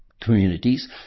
communities